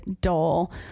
dull